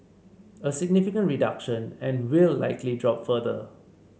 a significant reduction and will likely drop further